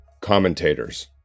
commentators